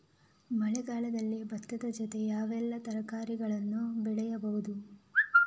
ಮಳೆಗಾಲದಲ್ಲಿ ಭತ್ತದ ಜೊತೆ ಯಾವೆಲ್ಲಾ ತರಕಾರಿಗಳನ್ನು ಬೆಳೆಯಬಹುದು?